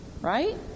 right